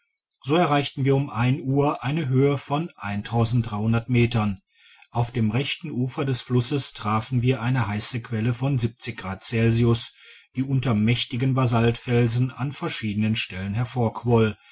so erreichten wir um ein uhr eine höhe von metern auf dem rechten ufer des flusses trafen wir eine heisse quelle von grad celsius die unter mächtigen basaltfelsen an verschiedenen stellen